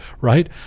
right